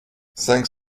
cinq